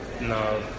No